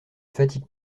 fatigue